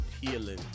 healing